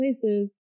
places